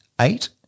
Eight